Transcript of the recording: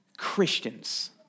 Christians